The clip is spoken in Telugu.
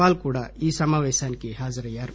పాల్ కూడా ఈ సమావేశానికి హాజరయ్యారు